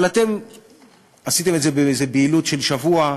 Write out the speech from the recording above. אבל אתם עשיתם את זה בבהילות של שבוע,